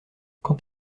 quant